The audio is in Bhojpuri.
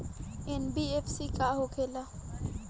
एन.बी.एफ.सी का होंखे ला?